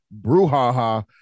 brouhaha